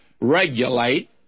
regulate